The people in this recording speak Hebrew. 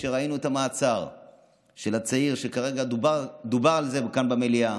כשראינו את המעצר של הצעיר שכרגע דובר עליו כאן במליאה,